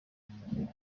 muntu